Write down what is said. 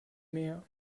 mehr